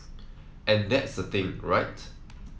and that's the thing right